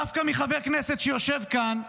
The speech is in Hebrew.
דווקא מחבר כנסת שיושב כאן,